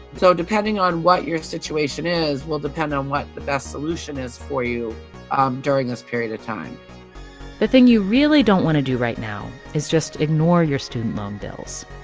so depending on what your situation is will depend on what the best solution is for you um during this period of time the thing you really don't want to do right now is just ignore your student loan bills.